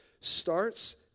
starts